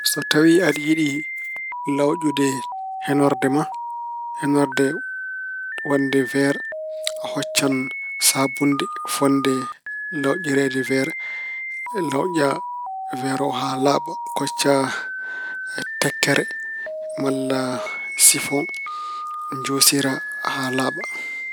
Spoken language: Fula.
So tawi aɗa yiɗi lawƴude henorde ma, henorde waɗde weer, a huccinan saabunnde folde lawƴireede weer. Lawƴa weer oo haa laaɓa. Koccaa tekkere malla sifoŋ, njoosira haa laaɓa.